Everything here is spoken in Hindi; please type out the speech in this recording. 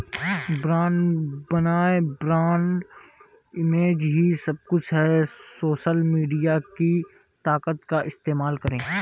ब्रांड बनाएं, ब्रांड इमेज ही सब कुछ है, सोशल मीडिया की ताकत का इस्तेमाल करें